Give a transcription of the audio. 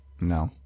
No